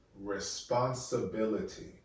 responsibility